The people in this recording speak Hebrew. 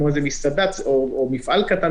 כמו איזה מסעדה או מפעל קטן,